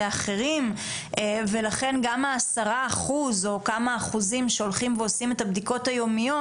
אחרים ולכן גם ה-10% או כמה אחוזים שהולכים ועושים את הבדיקות היומיות,